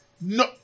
No